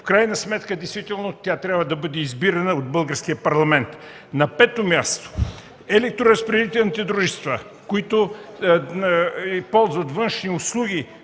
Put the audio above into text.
В крайна сметка тя трябва да бъде избирана от Българския парламент. На пето място, при електроразпределителните дружества, които ползват външни услуги,